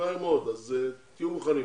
מהר מאוד, אז תהיו מוכנים.